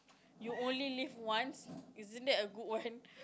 you only live once isn't that a good one